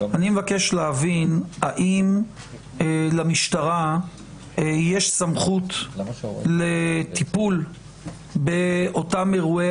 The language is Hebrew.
אני מבקש להבין האם למשטרה יש סמכות לטיפול באותם אירועי